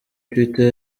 twitter